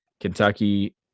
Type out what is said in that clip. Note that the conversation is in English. Kentucky